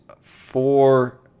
four